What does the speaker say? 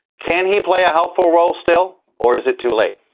can he play a helpful role still or is it too late?